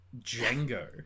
Django